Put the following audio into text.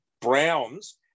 Browns